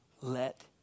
let